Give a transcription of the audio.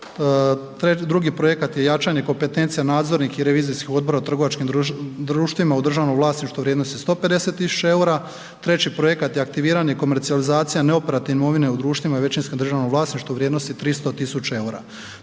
drugi projekat je jačanje kompetencije nadzornih i revizijskih odbora u trgovačkih društvima u državnom vlasništvu od 150 tisuća eura, treći projekat je aktiviranje komercijalizacije neoperativne imovine u društvima i većinskom državnom vlasništvu u vrijednosti 300 tisuća eura.